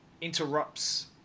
interrupts